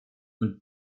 und